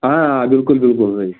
آ آ بِلکُل بِلکُل